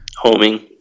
homing